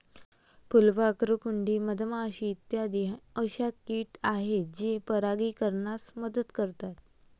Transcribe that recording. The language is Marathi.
फुलपाखरू, कुंडी, मधमाशी इत्यादी अशा किट आहेत जे परागीकरणास मदत करतात